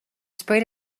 sprayed